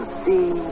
see